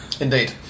Indeed